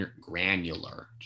granular